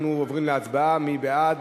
אנחנו עוברים להצבעה, מי בעד?